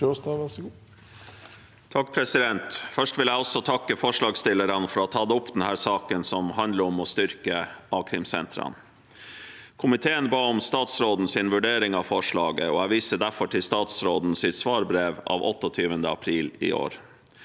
(A) Først vil jeg også tak- ke forslagsstillerne for å ha tatt opp denne saken, som handler om å styrke a-krimsentrene. Komiteen ba om statsrådens vurdering av forslaget, og jeg viser derfor til statsrådens svarbrev av 28. april i år.